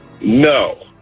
No